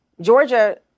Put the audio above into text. Georgia